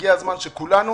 הגיע הזמן שכולנו